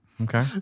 Okay